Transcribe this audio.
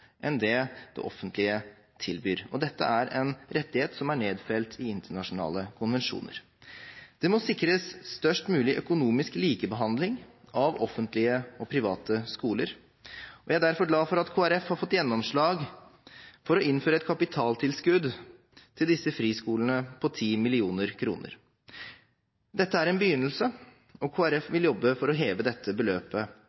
enn det det offentlige tilbyr, og dette er en rettighet som er nedfelt i internasjonale konvensjoner. Det må sikres størst mulig økonomisk likebehandling av offentlige og private skoler, og jeg er derfor glad for at Kristelig Folkeparti har fått gjennomslag for å innføre et kapitaltilskudd til disse friskolene på 10 mill. kr. Dette er en begynnelse, og